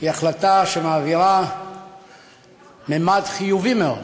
היא החלטה שמעבירה ממד חיובי מאוד